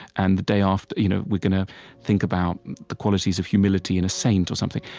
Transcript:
and the day after you know we're going to think about the qualities of humility in a saint, or something.